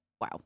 wow